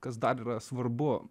kas dar yra svarbu